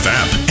app